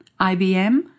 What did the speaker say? IBM